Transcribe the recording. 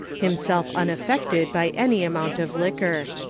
himself unaffected by any amount of liquor.